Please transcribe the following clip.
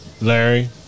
Larry